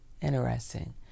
Interesting